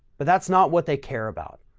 but that's not what they care about.